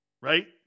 Right